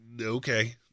okay